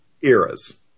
eras